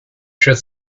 should